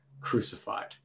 crucified